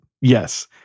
Yes